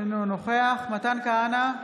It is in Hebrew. אינו נוכח מתן כהנא,